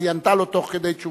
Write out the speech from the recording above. אז היא ענתה לו תוך כדי תשובה.